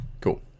Cool